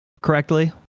correctly